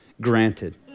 granted